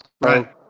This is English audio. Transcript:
Right